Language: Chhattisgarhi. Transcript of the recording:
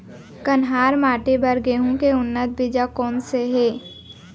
कन्हार माटी बर गेहूँ के उन्नत बीजा कोन से हे?